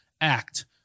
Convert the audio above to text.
act